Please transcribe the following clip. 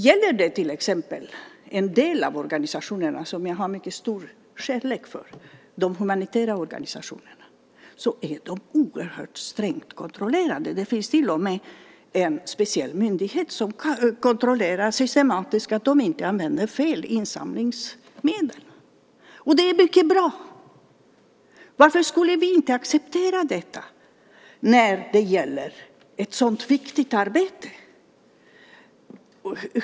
Gäller det till exempel en del av organisationerna som jag har en mycket stor kärlek för, de humanitära organisationerna, så är de oerhört strängt kontrollerade. Det finns till och med en speciell myndighet som systematiskt kontrollerar att de inte använder insamlingsmedel på fel sätt. Det är mycket bra. Varför skulle vi inte acceptera detta när det gäller ett sådant viktigt arbete?